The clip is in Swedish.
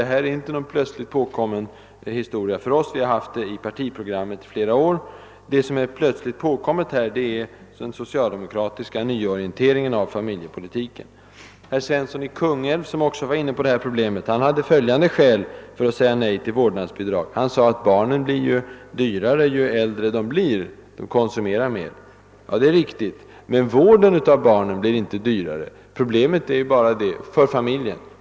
Detta är inte någonting plötsligt påkommet; vi har haft detta krav i partiprogrammet i flera år. Vad som är plötsligt påkommet är den socialdemokratiska nyorienteringen av familjepolitiken. Herr Svensson i Kungälv, som också var inne på detta problem, hade följande skäl för att säga nej till vårdnadsbidraget. Han sade att barnen blir dyrare ju äldre de blir, därför att de konsumerar mer. Det är riktigt, men själva vården av barnen blir inte dyrare för familjen.